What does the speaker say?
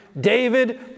David